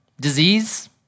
Disease